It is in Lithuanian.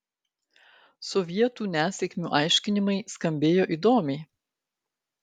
sovietų nesėkmių aiškinimai skambėjo įdomiai